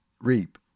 reap